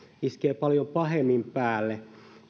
iskee sitten paljon pahemmin päälle